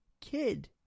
Kid